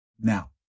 Now